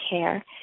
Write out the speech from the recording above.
care